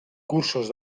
cursos